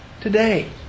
today